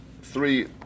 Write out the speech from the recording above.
three